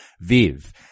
viv